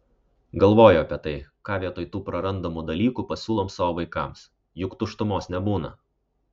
galvoju apie tai ką vietoj tų prarandamų dalykų pasiūlom savo vaikams juk tuštumos nebūna